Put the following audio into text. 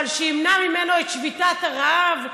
אבל שימנע ממנו את שביתת הרעב.